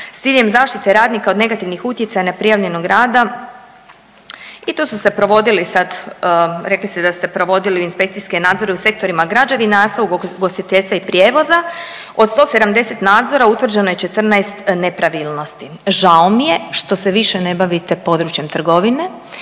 s ciljem zaštite radnika od negativnih utjecaja neprijavljenog rada i tu su se provodili sada, rekli ste da ste provodili inspekcijske nadzore u sektorima građevinarstva, ugostiteljstva i prijevoza. Od 170 nadzora, utvrđeno je 14 nepravilnosti. Žao mi je što se više ne bavite područjem trgovine